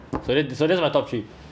so that so that's my top three